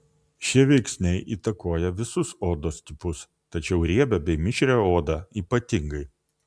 šie veiksniai įtakoja visus odos tipus tačiau riebią bei mišrią odą ypatingai